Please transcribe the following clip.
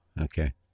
Okay